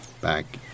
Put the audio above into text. back